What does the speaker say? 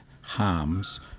harms